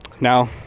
Now